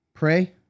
Pray